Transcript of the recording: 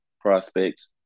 prospects